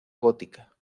gótica